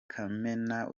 kamena